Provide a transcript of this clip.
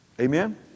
Amen